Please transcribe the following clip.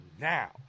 now